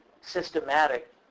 systematic